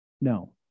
No